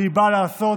והיא באה לעשות